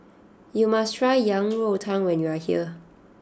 you must try Yang Rou Tang when you are here